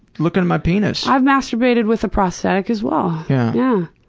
lookin' at my penis. i've masturbated with a prosthetic, as well. yeah yeah